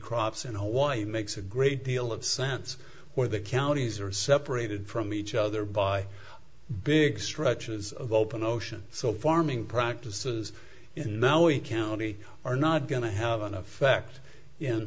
crops in hawaii makes a great deal of sense where the counties are separated from each other by big stretches of open ocean so farming practices in our county are not going to have an effect in